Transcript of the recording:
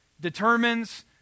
determines